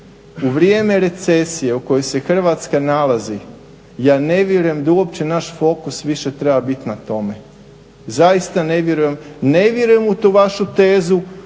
u vrijeme recesije u kojoj se Hrvatska nalazi ja ne vjerujem da uopće naš fokus više treba biti na tome. Zaista ne vjerujem, ne vjerujem u tu vašu tezu